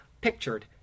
pictured